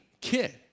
kid